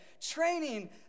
training